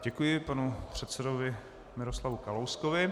Děkuji panu předsedovi Miroslavu Kalouskovi.